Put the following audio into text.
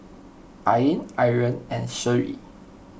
Ain Aryan and Seri